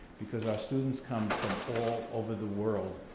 because our students come from all over the world.